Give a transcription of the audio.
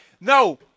No